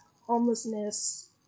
homelessness